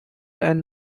and